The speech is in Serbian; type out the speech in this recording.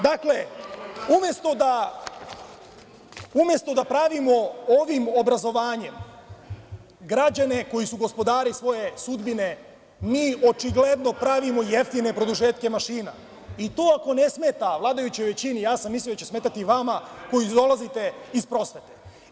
Dakle, umesto da pravimo ovim obrazovanjem građane koji su gospodari svoje sudbine, mi, očigledno, pravimo jeftine produžetke mašina i to ne ako ne smeta vladajućoj većini ja sam mislio da će smetati vama koji dolazite iz prosvete.